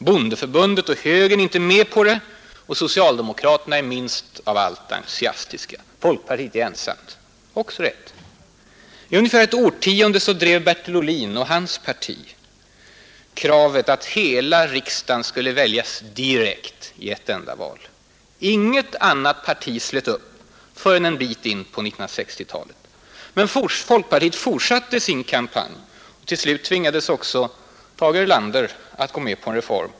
Bondeförbundet och högern är inte med på det och socialdemokraterna är minst av allt entusiastiska. Folkpartiet är ensamt. Det var också rätt. I ungefär ett årtionde drev Bertil Ohlin och hans parti kravet att hela riksdagen skulle väljas direkt i ett enda val. Inget annat parti slöt upp förrän en bit in på 1960-talet. Men folkpartiet fortsatte sin kampanj. Till slut tvingades också Tage Erlander att gå med på en reform.